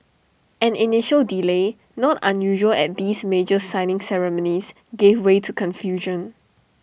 an initial delay not unusual at these major signing ceremonies gave way to confusion